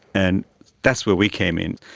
and that's where we came in.